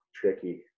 Tricky